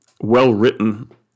well-written